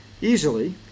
easily